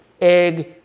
Egg